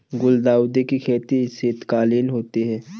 गुलदाउदी की खेती शीतकालीन होती है